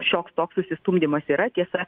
šioks toks susistumdymas yra tiesa